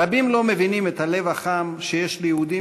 רבים לא מבינים את הלב החם של יהודים